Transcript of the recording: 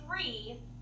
three